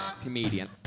comedian